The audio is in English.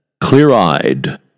clear-eyed